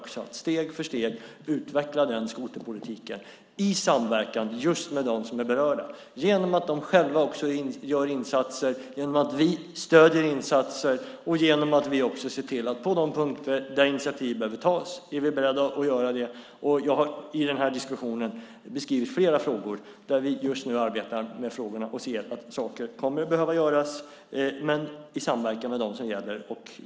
Vi utvecklar den skoterpolitiken steg för steg i samverkan med dem som är berörda genom att de själva gör insatser och genom att vi stöder insatser och är beredda att ta initiativ på de punkter där det behövs. Jag har i den här diskussionen beskrivit flera saker som vi just nu arbetar med. Vi ser att saker kommer att behöva göras, men i samverkan med dem det gäller.